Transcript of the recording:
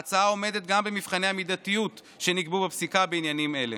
ההצעה עומדת גם במבחני המידתיות שנקבעו בפסיקה בעניינים אלה.